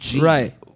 right